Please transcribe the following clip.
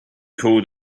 called